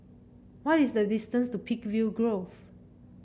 what is the distance to Peakville Grove